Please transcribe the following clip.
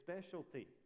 specialty